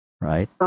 right